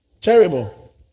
Terrible